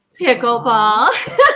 pickleball